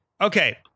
Okay